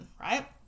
right